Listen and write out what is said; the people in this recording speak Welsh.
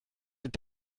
fydd